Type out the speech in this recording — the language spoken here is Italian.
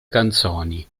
canzoni